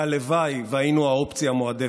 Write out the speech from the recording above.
הלוואי שהיינו האופציה המועדפת,